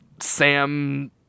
Sam